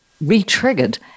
re-triggered